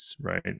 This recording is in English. Right